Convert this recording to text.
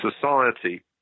society